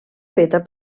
feta